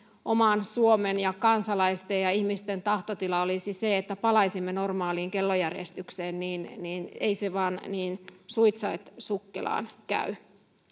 oman suomen ja kansalaisten ja ihmisten tahtotila olisi se että palaisimme normaaliin kellojärjestykseen niin niin ei se vain niin suitsait sukkelaan käy